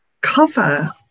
cover